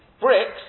bricks